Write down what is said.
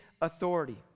authority